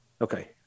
Okay